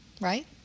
right